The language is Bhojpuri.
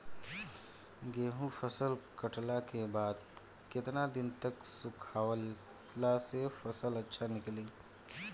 गेंहू फसल कटला के बाद केतना दिन तक सुखावला से फसल अच्छा निकली?